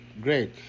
great